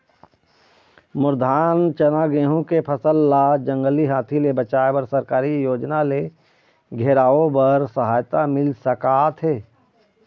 मोर धान चना गेहूं के फसल ला जंगली हाथी ले बचाए बर सरकारी योजना ले घेराओ बर सहायता मिल सका थे?